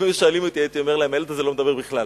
אם היו שואלים אותי הייתי אומר להם שהילד הזה לא מדבר בכלל.